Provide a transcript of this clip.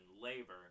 labor